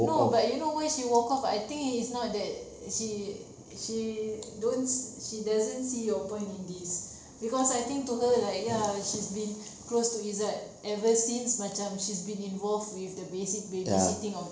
no but you know why she walk off I think it's not that she she don't she doesn't see your point in this because I think to her like ya she's been close to izat ever since macam she's been involved with the basic babysitting of the